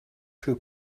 true